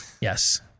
Yes